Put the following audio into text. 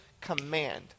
command